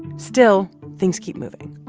still, things keep moving.